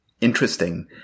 interesting